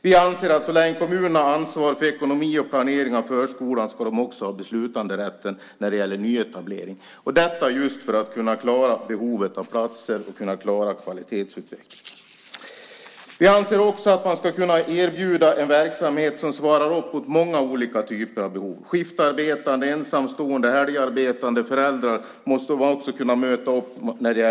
Vi anser att så länge kommunerna har ansvar för ekonomi och planering av förskolan ska de också ha beslutanderätten när det gäller nyetablering, detta just för att kunna klara behovet av platser och för att kunna klara kvalitetsutvecklingen. Vi anser också att man ska kunna erbjuda en verksamhet som svarar upp mot många olika typer av behov. Också skiftarbetande, ensamstående, helgarbetande föräldrars behov måste man kunna möta.